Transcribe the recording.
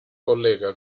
collega